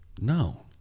No